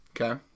Okay